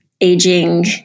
aging